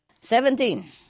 Seventeen